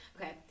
Okay